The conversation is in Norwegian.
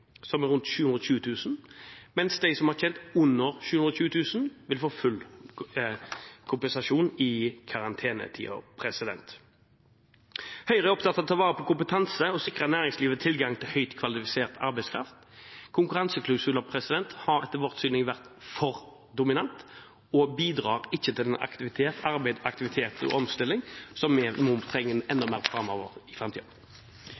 som er rundt 720 000 kr, mens de som har tjent under 720 000 kr, vil få full kompensasjon i karantenetiden. Høyre er opptatt av å ta vare på kompetanse og å sikre næringslivet tilgang til høyt kvalifisert arbeidskraft. Konkurranseklausuler har etter vårt syn vært for dominant og bidrar ikke til arbeid, aktivitet og omstilling – som vi trenger enda mer av framover.